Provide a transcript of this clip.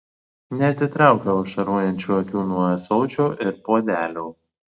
neatitraukiau ašarojančių akių nuo ąsočio ir puodelio